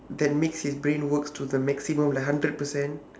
that makes his brain works to the maximum like hundred percent